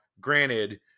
granted